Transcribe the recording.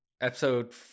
Episode